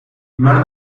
mar